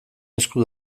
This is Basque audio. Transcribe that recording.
esku